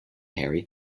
harry